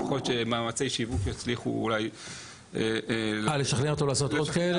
יכול להיות שמאמצי שיווק יצליחו אולי --- לשכנע אותו לעשות עוד כאלה?